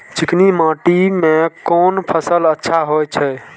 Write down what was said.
चिकनी माटी में कोन फसल अच्छा होय छे?